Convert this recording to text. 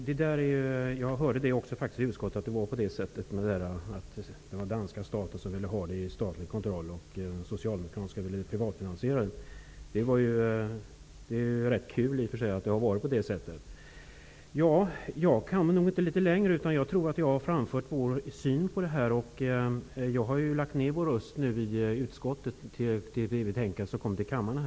Fru talman! Jag hörde i utskottet att det var på det sättet, att den danska staten ville att det hela skulle ligga under statlig kontroll medan den svenska socialdemokratiska regeringen ville att det hela skulle privatfinansieras. Det är i och för sig rätt kul att det har varit på det sättet. Jag kan nog inte nå längre. Jag tror att jag har framfört vår syn på frågan. Jag har lagt ner min röst i utskottet när det gäller förslaget i det betänkande som skall behandlas i kammaren.